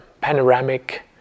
panoramic